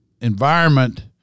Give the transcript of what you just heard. environment